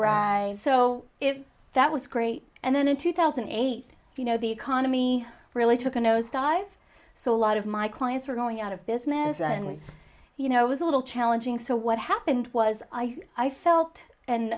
rise so if that was great and then in two thousand and eight you know the economy really took a nosedive so a lot of my clients were going out of business and we you know it was a little challenging so what happened was i think i felt and